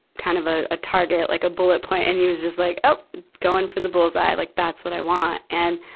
kind of ah a target, like a bullet point, and he was just like, oh, going for the bullseye! like that's what i want. and,